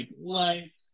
life